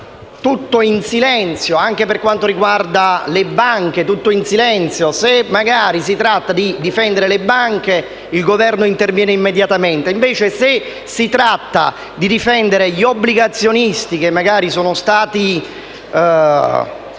in silenzio, anche per quanto riguarda le banche. Se si tratta di difendere le banche, il Governo interviene immediatamente; invece, se si tratta di difendere gli obbligazionisti che magari sono stati